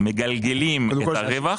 מגלגלים את הרווח.